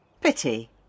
Pity